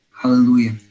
Hallelujah